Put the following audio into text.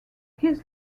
his